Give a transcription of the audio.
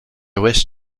wish